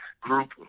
group